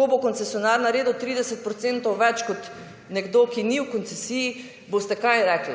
Ko bo koncesionar naredil 30 % več kot nekdo, ki ni v koncesiji, boste kaj rekli?